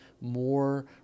more